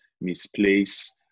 misplace